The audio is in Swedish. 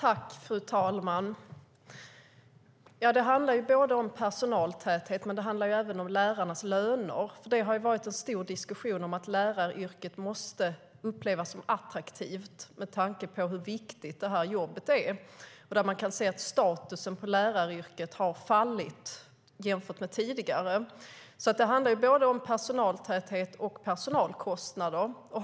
Fru talman! Det handlar både om personaltäthet och om lärarnas löner. Det har ju varit en stor diskussion om att läraryrket måste upplevas som attraktivt med tanke på hur viktigt jobbet är, och man kan se att läraryrkets status har fallit jämfört med tidigare. Det handlar alltså både om personaltäthet och om personalkostnader.